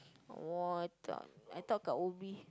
!wah! I thought I thought kat Ubi